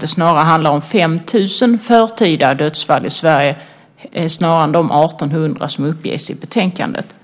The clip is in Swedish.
det snarare om 5 000 förtida dödsfall än de 1 800 som uppges i betänkandet. Så är det om jag har uppfattar det rätt, men jag vill göra en viss reservation för detta.